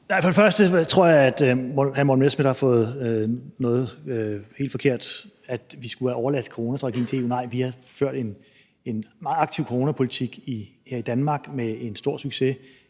For det første tror jeg, at hr. Morten Messerschmidt har fået helt forkert fat i noget, nemlig at vi skulle have overladt coronastrategien til EU. Nej, vi har ført en meget aktiv coronapolitik her i Danmark med stor succes